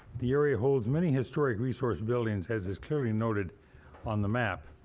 the area holds many historic resource buildings as is clearly noted on the map.